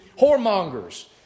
Whoremongers